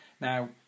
Now